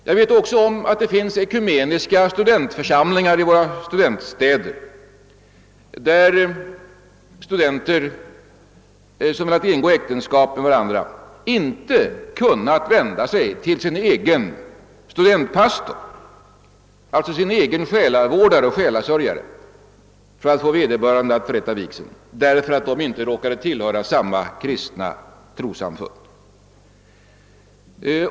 Det finns t.ex. ekumeniska studentförsamlingar i våra studentstäder, där studenter som velat ingå äktenskap med varandra inte kunnat vända sig till sin egen studentpastor — alltså sin egen själasörjare — för att få vederbörande att förrätta vigseln, därför att de inte råkat tillhöra samma kristna trossamfund.